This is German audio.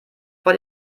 vor